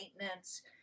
maintenance